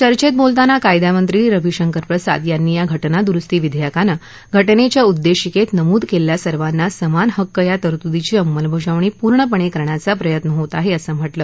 चर्चेत बोलताना कायदामंत्री रविशंकर प्रसाद यांनी या घटनादुरुस्ती विधेयकानं घटनेच्या उद्देशिकेत नमूद केलेल्या सर्वांना समान हक्क या तरतूदीची अंमलबजावणी पूर्णपणे करण्याचा प्रयत्न होत आहे असं म्हटलं